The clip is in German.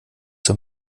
zur